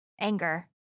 anger